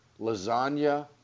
Lasagna